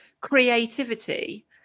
creativity